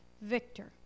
Victor